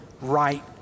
right